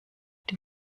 die